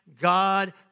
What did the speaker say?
God